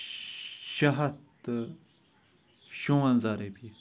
شَیٚے ہَتھ تہٕ شُوَنژاہ رۄپیہِ